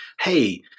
Hey